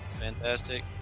Fantastic